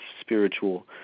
spiritual